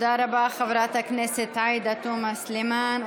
תודה רבה, חברת הכנסת עאידה תומא סלימאן.